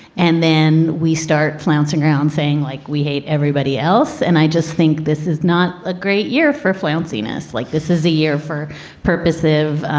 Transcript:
and then we start flouncing around saying like we hate everybody else. and i just think this is not a great year for fanciness like this is a year for purposive. and